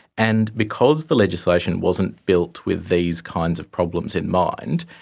and because the legislation wasn't built with these kinds of problems in mind,